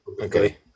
Okay